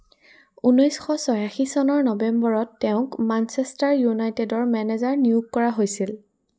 ঊনৈছশ ছিয়াশী চনৰ নৱেম্বৰত তেওঁক মানচেষ্টাৰ ইউনাইটেডৰ মেনেজাৰ নিয়োগ কৰা হৈছিল